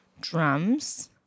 drums